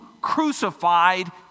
crucified